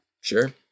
Sure